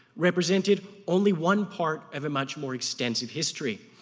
represented only one part of a much more extensive history.